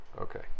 Okay